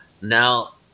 now